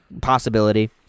possibility